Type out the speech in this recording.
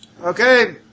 Okay